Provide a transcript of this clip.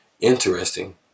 interesting